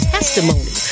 Testimony